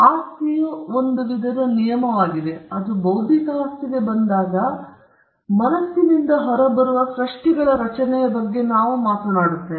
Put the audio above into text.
ಆಸ್ತಿಯು ಒಂದು ವಿಧದ ನಿಯಮವಾಗಿದೆ ಮತ್ತು ಅದು ಬೌದ್ಧಿಕ ಆಸ್ತಿಗೆ ಬಂದಾಗ ನಾವು ಮನಸ್ಸಿನಿಂದ ಹೊರಬರುವ ಸೃಷ್ಟಿಗಳ ರಚನೆಯ ಬಗ್ಗೆ ಮಾತನಾಡುತ್ತೇವೆ